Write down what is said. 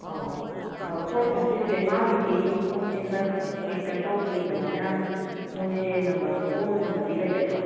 ꯑꯧ four five ꯁꯤꯛꯁꯁꯦ ꯃꯥꯒꯤꯗꯤ ꯃꯈꯣꯡꯁꯦ ꯈꯔ ꯄꯤꯛꯇꯛ ꯇꯧꯔꯤꯕꯅꯤꯅ ꯃꯣꯏꯁꯦ ꯅꯝꯕꯔ ꯐꯣꯔꯒꯨꯝꯕꯗꯤ ꯂꯩꯒꯗ꯭ꯔꯣ